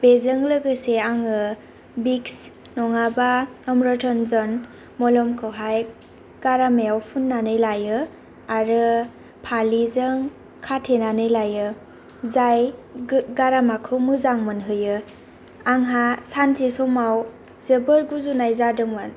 बेजों लोगोसे आङो बिक्स नङाबा अमरतनजों मलमखौहाय गारामायाव फुननानै लायो आरो फालिजों खाथेनानै लायो जाय गारामाखौ मोजां मोनहोयो आंहा सानसे समाव जोबोद गुजुनाय जादोंमोन